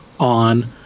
on